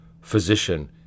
Physician